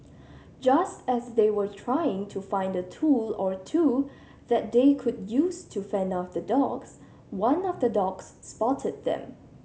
just as they were trying to find a tool or two that they could use to fend off the dogs one of the dogs spotted them